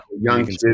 young